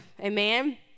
Amen